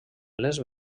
les